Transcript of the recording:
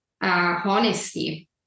honesty